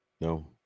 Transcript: No